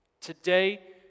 Today